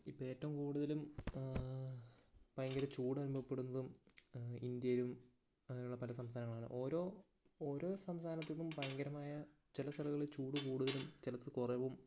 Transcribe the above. ആ ഇപ്പോൾ ഏറ്റവും കൂടുതലും ആ ഭയങ്കര ചൂട് അനുഭവപ്പെടുന്നതും ഇന്ത്യയിലും അങ്ങനെ ഉള്ള പല സംസ്ഥാനങ്ങളും ആണ് ഓരോ ഓരോ സംസ്ഥാനത്തിനും ഭയങ്കരമായ ചില സ്ഥലങ്ങളിൽ ചൂട് കൂടുതലും ചില സ്ഥലങ്ങളിൽ കുറവും